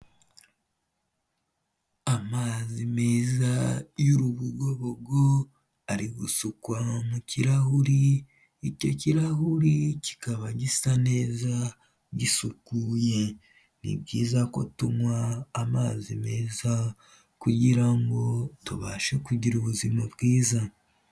Amazi meza y'urugobogo ari gusukwa mu kirahuri, icyo kirahuri kikaba gisa neza gisukuye, ni byiza ko tunywa amazi meza kugirango tubashe kugira ubuzima bwiza.